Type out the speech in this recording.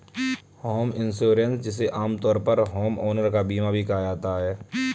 home insurance जिसे आमतौर पर होमओनर का बीमा भी कहा जाता है